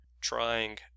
trying